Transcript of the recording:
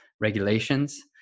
regulations